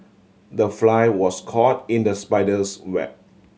the fly was caught in the spider's web